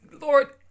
Lord